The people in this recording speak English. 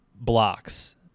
blocks